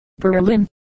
Berlin